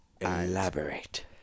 Elaborate